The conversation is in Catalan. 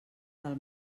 del